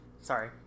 Sorry